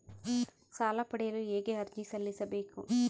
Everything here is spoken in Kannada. ಸಾಲ ಪಡೆಯಲು ಹೇಗೆ ಅರ್ಜಿ ಸಲ್ಲಿಸಬೇಕು?